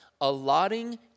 allotting